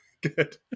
Good